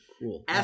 Cool